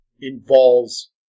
involves